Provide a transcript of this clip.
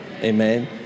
Amen